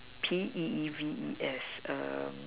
P E E V E S